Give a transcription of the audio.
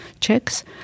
checks